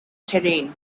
terrain